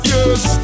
Yes